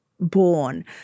born